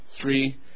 three